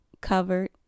covered